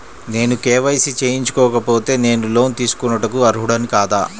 నేను కే.వై.సి చేయించుకోకపోతే నేను లోన్ తీసుకొనుటకు అర్హుడని కాదా?